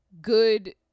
good